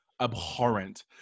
abhorrent